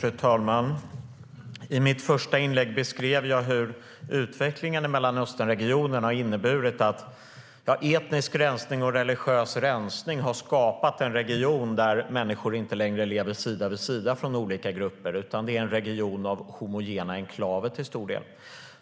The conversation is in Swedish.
Fru talman! I mitt första inlägg beskrev jag hur utvecklingen i Mellanösternregionen har inneburit att etnisk och religiös rensning har skapat en region där människor från olika grupper inte längre lever sida vid sida. Det är en region av homogena enklaver till stor del.